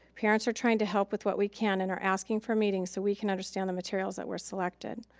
parents are trying to help with what we can and are asking for meetings so we can understand the materials that were selected.